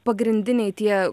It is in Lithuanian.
pagrindiniai tie